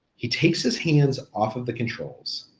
he takes his hands off of the controls.